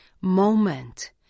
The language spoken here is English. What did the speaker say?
moment